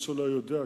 שמוץ אולי יודע,